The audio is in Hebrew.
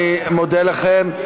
אני מודה לכם.